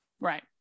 Right